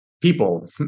People